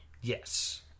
Yes